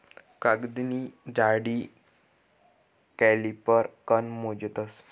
कागदनी जाडी कॉलिपर कन मोजतस